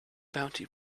bounty